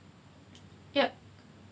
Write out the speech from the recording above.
yup